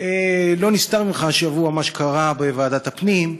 לא נסתר ממך השבוע מה שקרה בוועדת הפנים,